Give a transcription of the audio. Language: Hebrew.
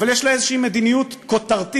אבל יש לה איזושהי מדיניות כותרתית,